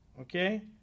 okay